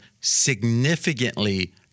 significantly